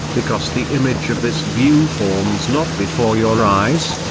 because the image of this view forms not before your eyes,